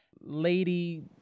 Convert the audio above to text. lady